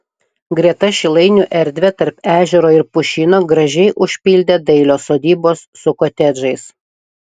greta šilainių erdvę tarp ežero ir pušyno gražiai užpildė dailios sodybos su kotedžais